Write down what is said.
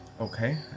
Okay